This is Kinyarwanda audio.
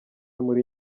muri